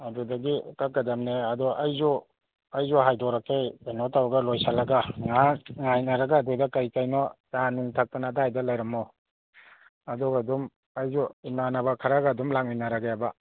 ꯑꯗꯨꯗꯒꯤ ꯀꯛꯀꯗꯝꯅꯦ ꯑꯗꯣ ꯑꯩꯖꯨ ꯑꯩꯖꯨ ꯍꯥꯏꯗꯣꯔꯛꯀꯦ ꯀꯩꯅꯣ ꯇꯧꯔꯒ ꯂꯣꯏꯁꯜꯂꯒ ꯉꯍꯥꯛ ꯉꯥꯏꯅꯔꯒ ꯑꯗꯨꯗ ꯀꯩꯀꯩꯅꯣ ꯆꯥꯅꯨꯡ ꯊꯛꯇꯅ ꯑꯗꯥꯏꯗ ꯂꯩꯔꯝꯃꯣ ꯑꯗꯨꯒ ꯑꯗꯨꯝ ꯑꯩꯖꯨ ꯏꯃꯥꯟꯅꯕ ꯈꯔꯒ ꯑꯗꯨꯝ ꯂꯥꯛꯃꯤꯟꯅꯔꯒꯦꯕ